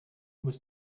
was